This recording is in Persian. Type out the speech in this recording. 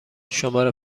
شماره